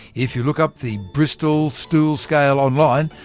if you look up the bristol stool scale online,